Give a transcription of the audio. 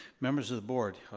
members of the board,